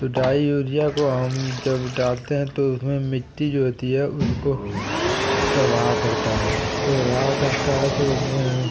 तो डाई यूरिया को हम जब डालते हैं तो उसमें मिट्टी जो होती है उसको प्रभाव पड़ता है प्रभाव पड़ता है तो उसमें हम